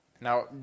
Now